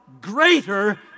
greater